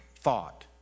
thought